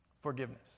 Forgiveness